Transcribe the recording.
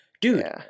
Dude